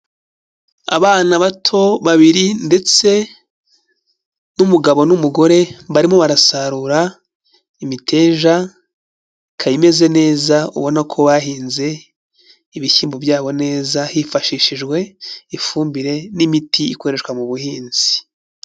Abana bato babiri ndetse n'umugabo n'umugore barimo barasarura imiteja, ikaba imeze neza ubona ko bahinze ibishyimbo byabo neza hifashishijwe ifumbire n'imiti ikoreshwa mu buhinzi.